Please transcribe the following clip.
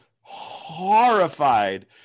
horrified